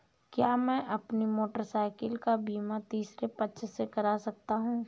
क्या मैं अपनी मोटरसाइकिल का बीमा तीसरे पक्ष से करा सकता हूँ?